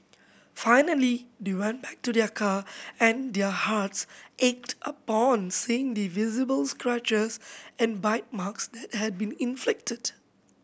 finally they went back to their car and their hearts ached upon seeing the visible scratches and bite marks that had been inflicted